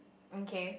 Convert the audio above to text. okay